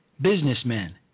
Businessmen